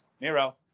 Nero